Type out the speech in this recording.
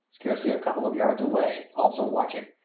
scarcely a couple of yards away, also watching,